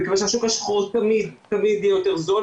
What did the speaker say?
מכיוון שהשוק השחור תמיד יהיה יותר זול,